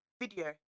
video